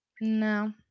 no